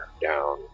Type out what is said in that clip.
down